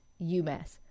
UMass